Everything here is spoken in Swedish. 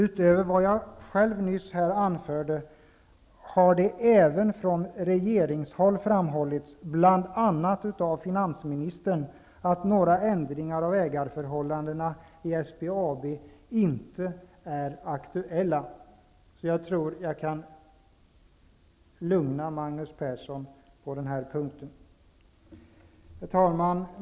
Utöver vad jag själv nyss här anfört har det även från regeringshåll framhållits, bl.a. av finansministern, att några ändringar av ägarförhållandena i SPAB inte är aktuella. Jag tror således att jag kan lugna Magnus Persson på den punkten. Herr talman!